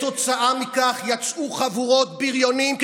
כתוצאה מכך יצאו חבורות בריונים,